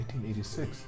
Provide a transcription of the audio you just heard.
1986